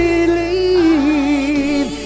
believe